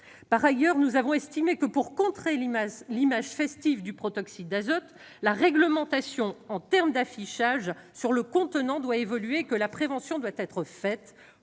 Par ailleurs, nous avons estimé que, pour contrer l'image festive du protoxyde d'azote, la réglementation en matière d'affichage sur le contenant devait évoluer et que la prévention devait être